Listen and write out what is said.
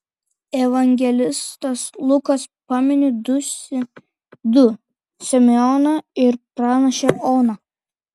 evangelistas lukas pamini du simeoną ir pranašę oną